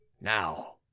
Now